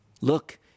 Look